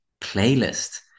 playlist